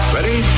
Ready